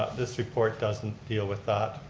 this report doesn't deal with that.